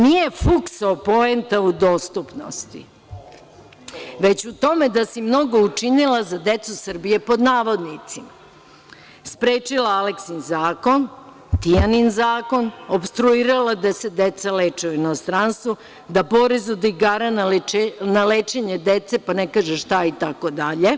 Nije, fukso, poenta u dostupnosti, već u tome da si „mnogo“ učinila za decu Srbije“, pod navodnicima, „sprečila Aleksin zakon, Tijanin zakon, opstruirala da se deca leče u inostranstvu, da porez od igara na lečenje dece…“, pa ne kaže šta, „itd.